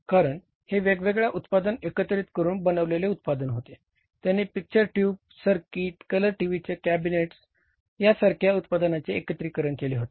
कारण हे वेगवेगळे उत्पादन एकत्रित करून बनविलेले उत्पादन होते त्यांनी पिक्चर ट्यूब सर्किट कलर टीव्हीचे कॅबिनेट्स या सारख्या उत्पादनांचे एकत्रीकरण केले होते